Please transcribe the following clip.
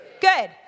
good